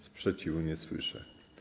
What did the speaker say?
Sprzeciwu nie słyszę.